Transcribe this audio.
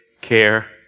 care